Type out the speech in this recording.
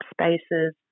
spaces